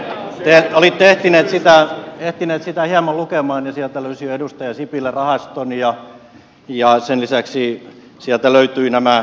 te olitte ehtineet sitä hieman lukemaan ja sieltä löysi jo edustaja sipilä rahaston ja sen lisäksi sieltä löytyivät nämä oppisopimuskoulutukset